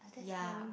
ya